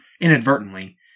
inadvertently